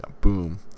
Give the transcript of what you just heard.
Boom